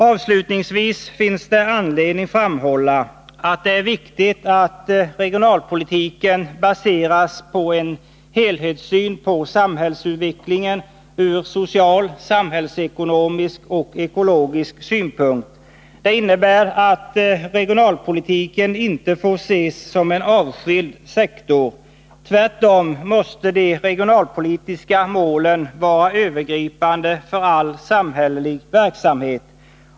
Avslutningsvis finns det anledning att framhålla att det är viktigt att regionalpolitiken baseras på en helhetssyn på samhällsutvecklingen ur social, samhällsekonomisk och ekologisk synpunkt. Det innebär att regionalpolitiken inte får ses som en avskild sektor. Tvärtom måste de regionalpolitiska målen vara övergripande för all samhällelig verksamhet.